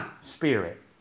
Spirit